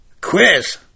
Quiz